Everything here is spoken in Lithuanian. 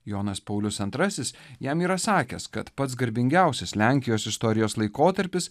jonas paulius antrasis jam yra sakęs kad pats garbingiausias lenkijos istorijos laikotarpis